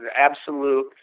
absolute